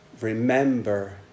remember